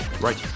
right